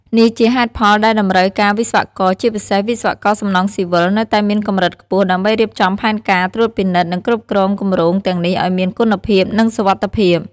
នេះជាហេតុផលដែលតម្រូវការវិស្វករ ជាពិសេស វិស្វករសំណង់ស៊ីវិល នៅតែមានកម្រិតខ្ពស់ ដើម្បីរៀបចំផែនការ ត្រួតពិនិត្យ និងគ្រប់គ្រងគម្រោងទាំងនេះឱ្យមានគុណភាព និងសុវត្ថិភាព។